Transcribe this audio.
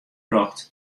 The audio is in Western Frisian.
brocht